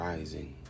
Rising